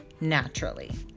naturally